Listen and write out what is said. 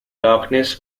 darkness